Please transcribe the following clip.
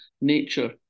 nature